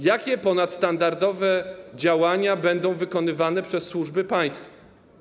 Jakie ponadstandardowe działania będą wykonywane przez służby państwa?